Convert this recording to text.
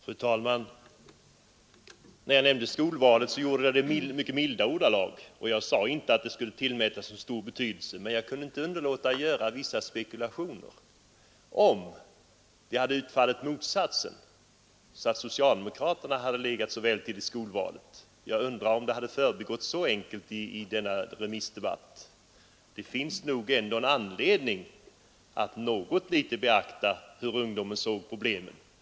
Fru talman! När jag nämnde skolvalet så gjorde jag det i mycket milda ordalag. Jag sade inte att det skulle tillmätas stor betydelse. Men jag kunde inte underlåta att göra vissa spekulationer: om det hade utfallit annorlunda, om socialdemokraterna hade legat så väl till i skolvalet som centern gjorde, då undrar jag om det på samma sätt hade förbigåtts i denna debatt. Det finns ändå anledning att beakta hur ungdomen ser på problemen.